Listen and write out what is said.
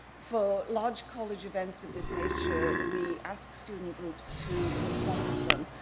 for large college events of this nature, we ask student groups to cosponsor them,